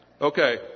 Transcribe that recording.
Okay